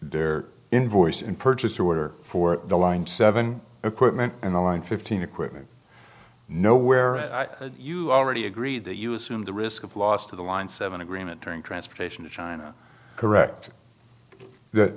there invoice in purchase order for the line seven equipment and the line fifteen equipment no where you already agree that you assume the risk of loss to the line seven agreement during transportation to china correct that